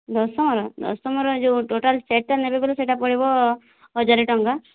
ଦଶମର ଦଶମର ଯେଉଁ ଟୋଟାଲ୍ ସେଟ୍ଟା ନେବେ ବୋଲେ ସେଟା ପଡ଼ିବ ହଜାର ଟଙ୍କା